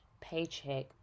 paycheck